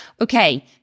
Okay